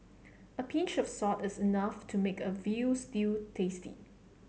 a pinch of salt is enough to make a veal stew tasty